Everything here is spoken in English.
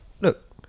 look